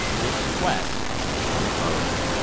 this request is unopposed.